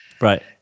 Right